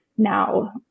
Now